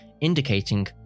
indicating